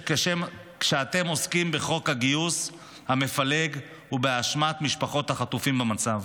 כשאתם עוסקים בחוק הגיוס המפלג ובהאשמת משפחות החטופים במצב.